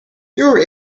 your